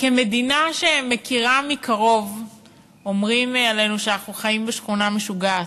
כמדינה שמכירה מקרוב אומרים עלינו שאנחנו חיים בשכונה משוגעת,